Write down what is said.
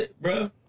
bro